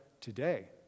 today